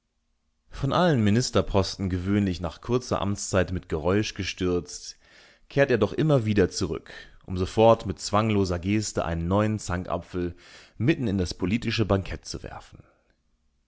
von allen ministerposten gewöhnlich nach kurzer amtszeit mit geräusch gestürzt kehrt er doch immer wieder zurück um sofort mit zwangloser geste einen neuen zankapfel mitten in das politische bankett zu werfen